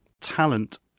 talent